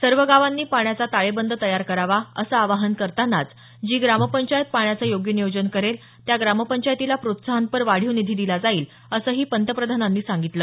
सर्व गावांनी पाण्याचा ताळेबंद तयार करावा असं आवाहन करतानाच जी ग्रामपंचायत पाण्याचं योग्य नियोजन करेल त्या ग्रामपंचायतीला प्रोत्साहनपर वाढीव निधी दिला जाईल असंही पंतप्रधानांनी सांगितलं